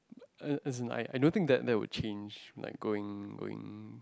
uh uh as in I I don't think that that will change like going going